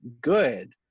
good